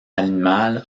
animale